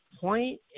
point